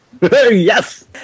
Yes